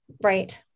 right